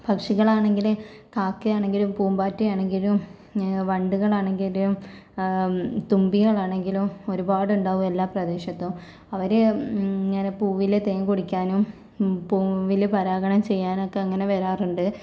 പക്ഷികളാണെങ്കില് കാക്കയാണെങ്കിലും പൂമ്പാറ്റയാണെങ്കിലും വണ്ടുകളാണെങ്കിലും തുമ്പികളാണെങ്കിലും ഒരുപാടുണ്ടാകും എല്ലാ പ്രദേശത്തും അവര് ഇങ്ങനെ പൂവിലെ തേൻ കുടിക്കാനും പൂവിലെ പരാഗണം ചെയ്യാനൊക്കെ അങ്ങനെ വരാറുണ്ട്